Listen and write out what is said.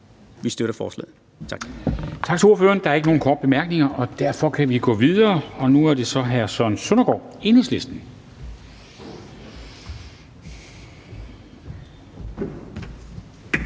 Vi støtter forslaget. Tak.